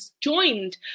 joined